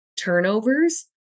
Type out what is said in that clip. turnovers